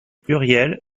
pluriel